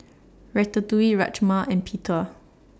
Ratatouille Rajma and Pita